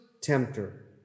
tempter